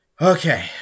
okay